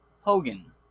Hogan